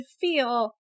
feel